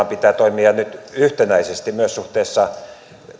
pitää toimia nyt yhtenäisesti myös suhteessa